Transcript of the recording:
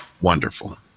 wonderful